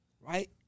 right